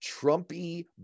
Trumpy